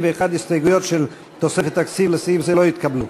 61. ההסתייגויות של תוספת תקציב לסעיף זה לא התקבלו.